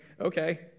okay